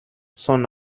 son